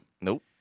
Nope